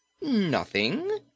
Nothing